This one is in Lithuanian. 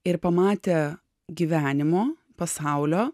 ir pamatę gyvenimo pasaulio